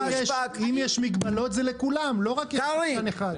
אם יש מגבלות, זה לכולם, לא רק לשחקן אחד.